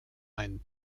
ein